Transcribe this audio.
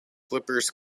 clippers